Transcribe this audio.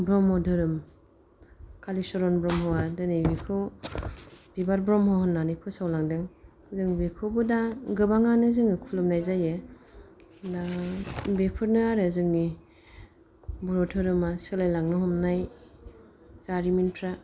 ब्रह्म धोरोम कालिसरन ब्रम्हआ दिनै बेखौ बिबार ब्रह्म होननानै फोसावलांदों जों बेखौबो दा गोबाङानो जों खुलुमनाय जायो दा बेफोरनो आरो जोंनि बर' धोरोमा सोलायलांनो हमनाय जारिमिनफ्रा